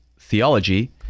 theology